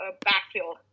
backfield